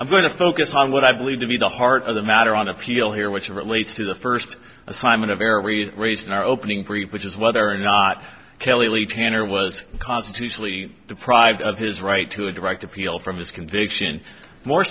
i'm going to focus on what i believe to be the heart of the matter on appeal here which relates to the first assignment of air we raised in our opening for which is whether or not kelly tanner was constitutionally deprived of his right to a direct appeal from his conviction more